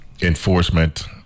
enforcement